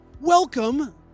Welcome